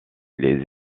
les